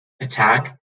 attack